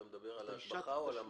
אתה מדבר על ההשבחה או על המס?